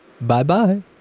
bye-bye